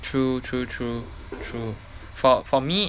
true true true true for for me